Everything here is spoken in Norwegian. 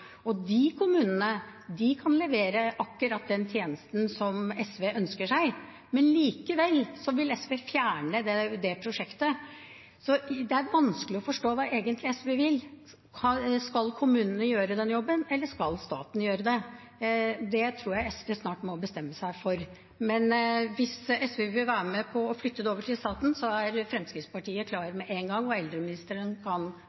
og de kommunene kan levere akkurat den tjenesten som SV ønsker seg. Men likevel vil SV fjerne det prosjektet, så det er vanskelig å forstå hva SV egentlig vil. Skal kommunene gjøre den jobben, eller skal staten gjøre det? Det tror jeg SV snart må bestemme seg for. Men hvis SV vil være med på å flytte det over til staten, er Fremskrittspartiet klar med en gang, og eldreministeren kan